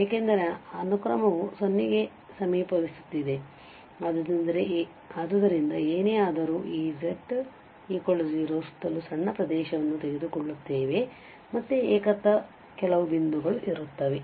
ಏಕೆಂದರೆ ಅನುಕ್ರಮವು 0 ಕ್ಕೆ ಸಮೀಪಿಸುತ್ತಿದೆ ಆದ್ದರಿಂದ ಏನೇ ಆದರೂ ನಾವು ಈ z 0 ಸುತ್ತಲೂ ಸಣ್ಣ ಪ್ರದೇಶವನ್ನು ತೆಗೆದುಕೊಳ್ಳುತ್ತೇವೆ ಮತ್ತೆ ಏಕತ್ವಕೆಲವು ಬಿಂದುಗಳು ಇರುತ್ತವೆ